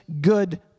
good